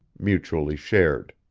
mutually shared.